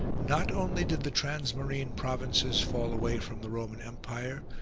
not only did the transmarine provinces fall away from the roman empire,